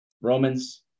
Romans